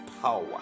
power